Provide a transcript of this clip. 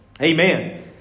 Amen